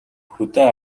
хөдөө